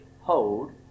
hold